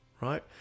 right